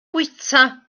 bwyta